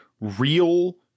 real